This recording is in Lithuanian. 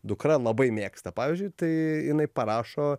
dukra labai mėgsta pavyzdžiui tai jinai parašo